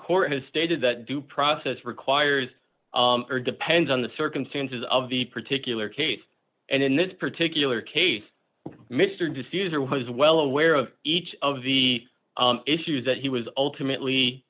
court has stated that due process requires depends on the circumstances of the particular case and in this particular case mr diffuser was well aware of each of the issues that he was ultimately